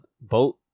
Boat